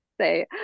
say